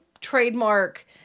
trademark